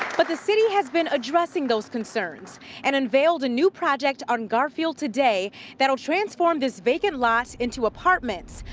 but the city has been addressing those concerns and unveiled a new project on garfield today that will transform this vacant lot into apartments.